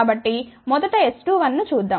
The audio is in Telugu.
కాబట్టి మొదట S21 ను చూద్దాం